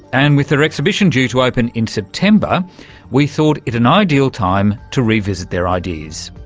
and with their exhibition due to open in september we thought it an ideal time to re-visit their ideas.